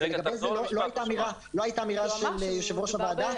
ולגבי זה לא הייתה אמירה של יושב-ראש הוועדה.